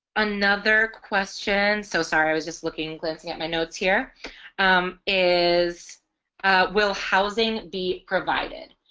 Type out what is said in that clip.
another question so sorry i was just looking looking at my notes here is will housing be provided